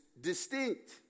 distinct